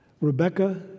Rebecca